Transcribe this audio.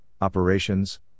Operations